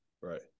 right